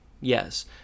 Yes